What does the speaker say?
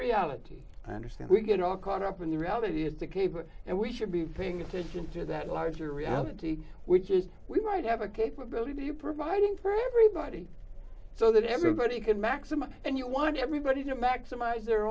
ality i understand we get all caught up in the reality of the cable and we should be paying attention to that larger reality we might have a capability of providing for everybody so that everybody can maximum and you want everybody to maximize their